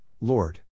Lord